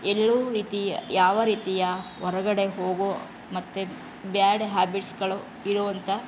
ಎಲ್ಲ ರೀತಿಯ ಯಾವ ರೀತಿಯ ಹೊರಗಡೆ ಹೋಗೊ ಮತ್ತು ಬ್ಯಾಡ್ ಹ್ಯಾಬಿಟ್ಸುಗಳು ಇರುವಂಥ